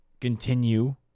continue